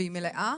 והיא מלאה?